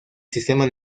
sistema